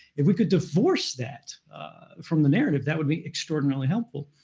if we could divorce that from the narrative, that would be extraordinarily helpful.